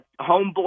homeboy